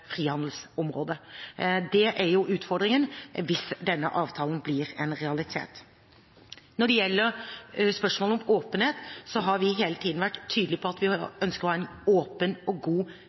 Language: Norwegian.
frihandelsområde. Det er jo utfordringen, hvis denne avtalen blir en realitet. Når det gjelder spørsmålet om åpenhet, har vi hele tiden vært tydelige på at vi ønsker å ha en åpen og god